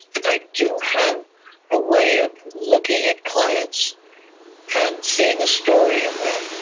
i do have a way of looking at clients and seeing a story in them.